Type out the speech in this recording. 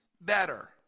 better